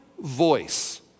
voice